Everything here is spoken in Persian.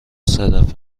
صدف